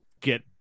get